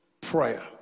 Prayer